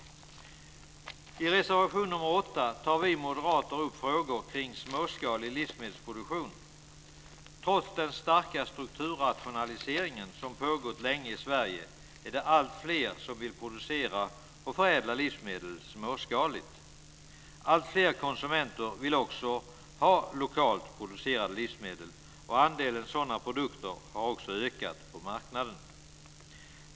I reservation nr 8 tar vi moderater upp frågor om småskalig livsmedelsproduktion. Trots den starka strukturrationalisering som pågått länge i Sverige vill alltfler producera och förädla livsmedel småskaligt. Alltfler konsumenter vill ha lokalt producerade livsmedel. Andelen sådana produkter har också ökat på marknaden.